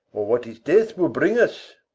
or what his death will bring us.